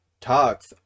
talks